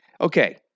Okay